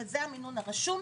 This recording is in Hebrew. וזה המינון הרשום,